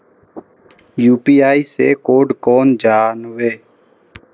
UPI से code केना जानवै?